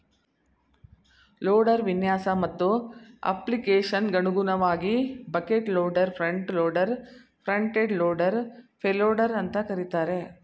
loader ವಿನ್ಯಾಸ ಮತ್ತು ಅಪ್ಲಿಕೇಶನ್ಗನುಗುಣವಾಗಿ bucket loader front loader front end loader payloader ಅಂತ ಕರೀತಾರೆ